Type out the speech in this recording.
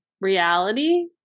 reality